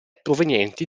provenienti